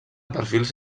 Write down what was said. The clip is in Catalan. perfils